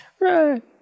Right